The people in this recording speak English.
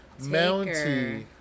Mountie